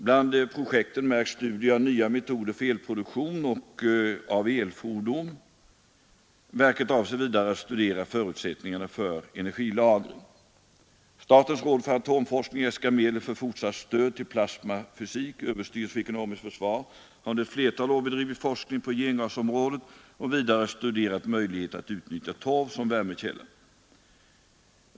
Bland projekten märks studier av nya metoder för elproduktion och av elfordon. Verket avser vidare att studera förutsättningarna för energilagring. Statens råd för atomforskning äskar medel för fortsatt stöd till plasmafysik. Överstyrelsen för ekonomiskt försvar har under ett flertal år bedrivet forskning på gengasområdet och vidare studerat möjligheter att utnyttja torv som värmekälla.